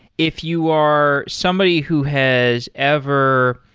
if you are somebody who has ever